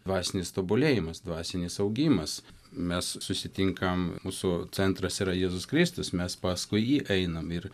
dvasinis tobulėjimas dvasinis augimas mes susitinkam mūsų centras yra jėzus kristus mes paskui jį einam ir